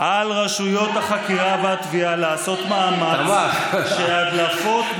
על רשויות החקירה והתביעה לעשות מאמץ שההדלפות מסוג זה,